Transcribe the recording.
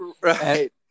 right